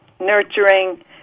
nurturing